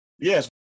Yes